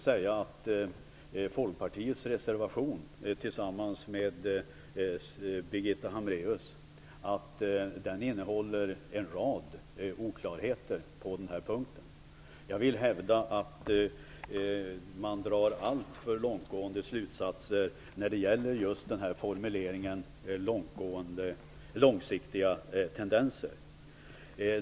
Däremot innehåller reservationen från Folkpartiet och Birgitta Hambraeus en rad oklarheter på den här punkten. Jag vill hävda att man drar alltför långtgående slutsatser när det gäller just formuleringen "långsiktiga tendenser".